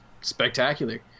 spectacular